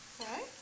Okay